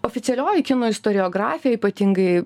oficialioji kinų istoriografija ypatingai